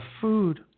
food